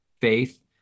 faith